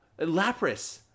Lapras